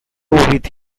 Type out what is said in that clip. with